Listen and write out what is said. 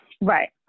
right